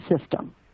system